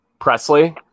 Presley